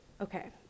Okay